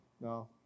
No